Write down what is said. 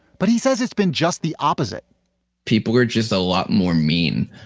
but he says it's been just the opposite people are just a lot more mean.